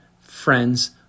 friends